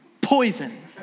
poison